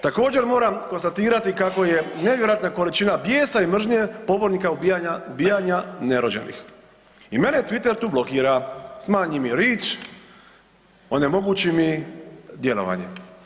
Također moram konstatirati kako je nevjerojatna količina bijesa i mržnje pobornika ubijanja nerođenih.“ I mene Twitter tu blokira, smanji mi …, onemogući mi djelovanje.